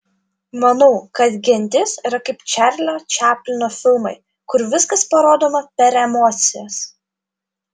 manau kad gentis yra kaip čarlio čaplino filmai kur viskas parodoma per emocijas